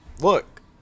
Look